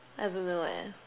I don't know leh